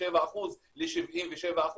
מ-57% ל-77%,